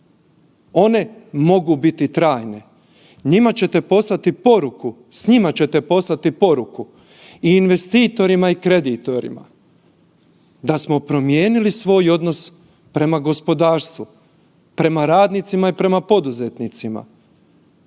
one mogu biti trajne. Njima ćete poslati poruku, s njima ćete poslati poruku i investitorima i kreditorima da smo promijenili svoj odnos prema gospodarstvu, prema radnicima i prema poduzetnicima,